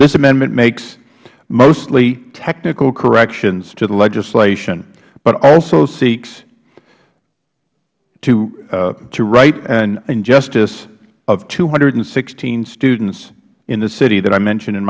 this amendment makes mostly technical corrections to the legislation but also seeks to right an injustice of two hundred and sixteen students in the city that i mentioned in